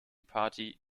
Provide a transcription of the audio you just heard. party